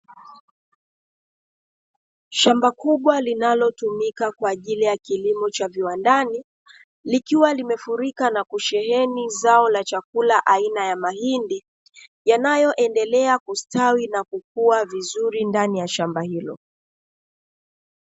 Shamba kubwa linalotumika kwa ajili ya kilimo cha viwandani, likiwa limefurika na kusheheni zao la chakula aina ya mahindi yanayoendelea kustawi na kukua vizuri ndani ya shamba hilo.